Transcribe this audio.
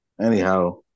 Anyhow